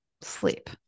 sleep